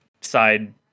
side